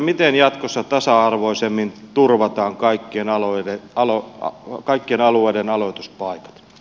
miten jatkossa tasa arvoisemmin turvataan kaikkien alueiden aloituspaikat